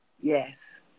Yes